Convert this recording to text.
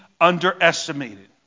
underestimated